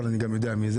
אבל אני גם יודע מי זה